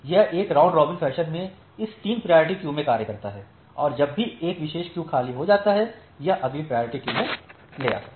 यह एक round robin fashion में इस 3 प्रायोरिटी क्यू में कार्य करता है और जब भी एक विशेष क्यू खाली हो जाता है यह अगली प्रायोरिटी क्यू में ले जाता है